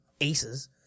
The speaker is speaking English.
aces